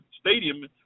stadium